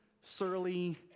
surly